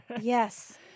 yes